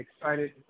excited